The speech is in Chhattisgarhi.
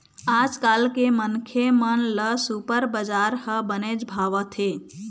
आजकाल के मनखे मन ल सुपर बजार ह बनेच भावत हे